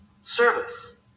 service